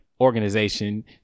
organization